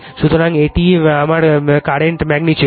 সুতরাং এটি আমার কারেন্ট ম্যাগ্নিটিউড